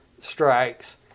strikes